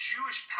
Jewish